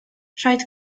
rhaid